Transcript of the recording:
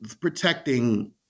protecting